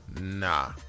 nah